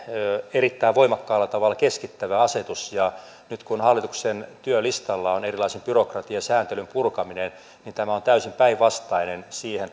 erittäin voimakkaalla tavalla keskittävä asetus ja nyt kun hallituksen työlistalla on erilaisen byrokratian ja sääntelyn purkaminen niin tämä on täysin päinvastainen siihen